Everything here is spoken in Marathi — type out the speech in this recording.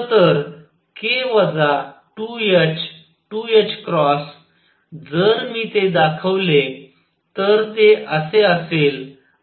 खरं तर k वजा 2 h 2 जर मी ते दाखवले तर ते असे असेल